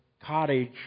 cottage